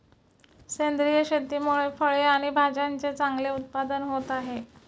सेंद्रिय शेतीमुळे फळे आणि भाज्यांचे चांगले उत्पादन होत आहे